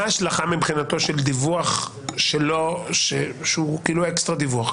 מה ההשלכה מבחינתו של דיווח שהוא כאילו אקסטרה דיווח?